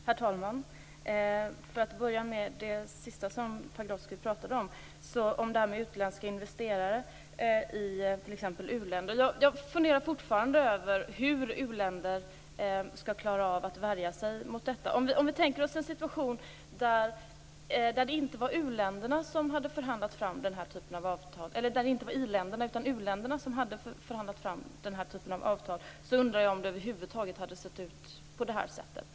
Herr talman! Låt mig börja med det sista som Pagrotsky talade om, dvs. utländska investerare i t.ex. uländer. Jag funderar fortfarande över hur u-länder skall kunna värja sig mot detta. Vi kan försöka tänka oss en situation där inte i-länderna utan i stället uländerna hade förhandlat fram den här typen av avtal. Jag undrar om det då över huvud taget hade sett ut på det här sättet.